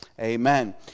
Amen